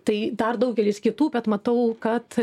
tai dar daugelis kitų bet matau kad